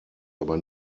aber